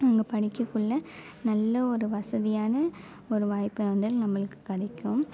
அங்கே படிக்கக்குள்ள நல்ல ஒரு வசதியான ஒரு வாய்ப்பை வந்து நம்மளுக்கு கிடைக்கும்